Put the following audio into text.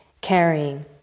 carrying